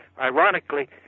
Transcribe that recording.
Ironically